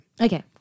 Okay